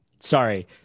Sorry